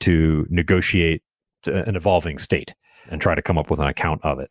to negotiate an evolving state and try to come up with an account of it.